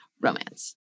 romance